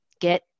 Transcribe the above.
get